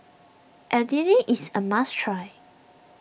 Idili is a must try